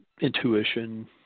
intuition